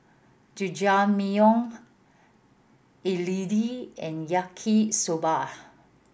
Jajangmyeon Idili and Yaki Soba